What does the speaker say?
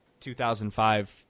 2005